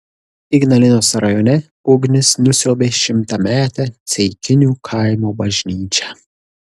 ignalinos rajone ugnis nusiaubė šimtametę ceikinių kaimo bažnyčią